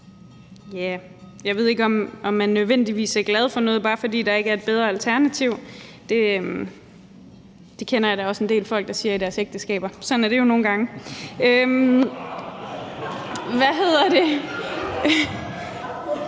: Jeg ved ikke, om man nødvendigvis er glad for noget, bare fordi der ikke er et bedre alternativ. Det kender jeg da også en del folk der siger i deres ægteskaber; sådan er det jo nogle gange. (Munterhed). Beklager